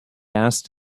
asked